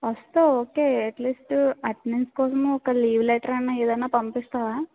వస్తావు okay at least attendance కోసము ఒక లీవ్ లెటర్ అయినా ఏదయినా పంపిస్తావా